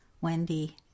Wendy